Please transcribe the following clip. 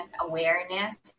awareness